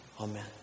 Amen